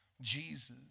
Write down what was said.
Jesus